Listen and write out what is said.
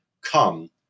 Come